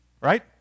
right